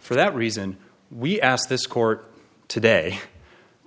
for that reason we asked this court today